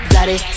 Daddy